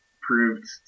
proved